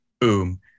Boom